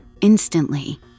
instantly